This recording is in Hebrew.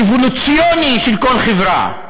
אבולוציוני, של כל חברה.